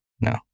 No